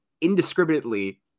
indiscriminately